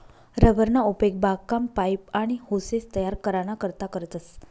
rubber ना उपेग बागकाम, पाइप, आनी होसेस तयार कराना करता करतस